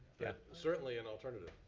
yeah certainly an alternative.